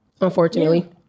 unfortunately